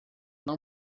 não